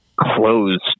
closed